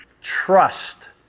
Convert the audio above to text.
Trust